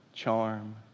charm